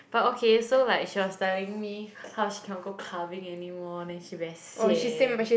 but okay so like she was telling me how she cannot go clubbing anymore then she very sian